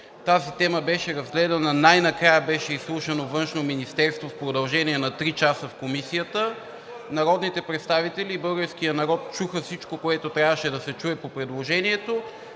тази тема беше разгледана, най-накрая беше изслушано Външно министерство в продължение на три часа в Комисията. Народните представители и българският народ чуха всичко, което трябваше да се чуе по предложението,